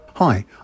Hi